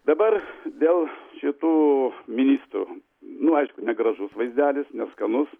dabar dėl šitų ministrų nu aišku negražus vaizdelis neskanus